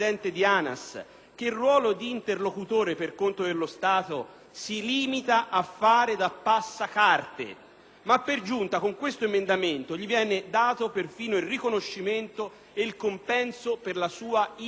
il ruolo di interlocutore per conto dello Stato si limita a fare da passacarte, ma per giunta con quest’emendamento gli viene dato perfino il riconoscimento ed il compenso per la sua inattivita.